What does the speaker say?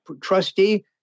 trustee